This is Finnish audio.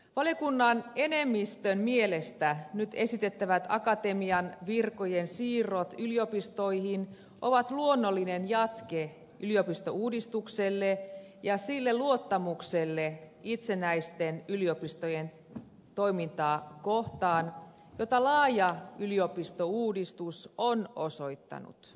valiokunnan enemmistön mielestä nyt esitettävät akatemian virkojen siirrot yliopistoihin ovat luonnollinen jatke yliopistouudistukselle ja sille luottamukselle itsenäisten yliopistojen toimintaa kohtaan jota laaja yliopistouudistus on osoittanut